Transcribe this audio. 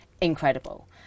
incredible